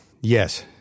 Yes